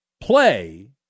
play